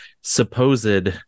supposed